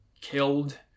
killed